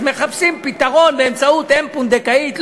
אז מחפשים פתרון באמצעות אם פונדקאית.